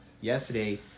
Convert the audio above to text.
yesterday